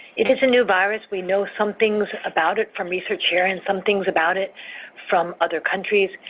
it is a new virus. we know some things about it from research here and some things about it from other countries,